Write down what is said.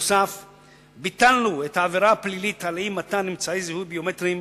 נוסף על כך ביטלנו את העבירה הפלילית על אי-מתן אמצעי זיהוי ביומטריים